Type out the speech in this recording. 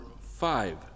five